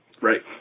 Right